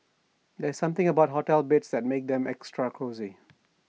there's something about hotel beds that makes them extra cosy